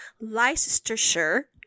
Leicestershire